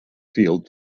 field